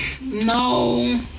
No